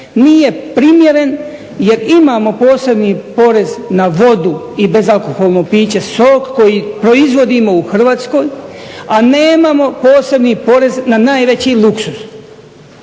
nije primjeren jer imamo posebni porez na vodu i na bezalkoholno piće sok koji proizvodimo u Hrvatskoj, a nemamo posebni porez na najveći luksuz.